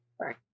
Right